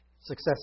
Success